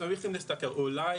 אולי